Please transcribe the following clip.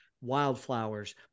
Wildflowers